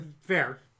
Fair